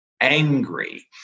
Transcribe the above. angry